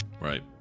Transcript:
Right